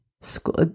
School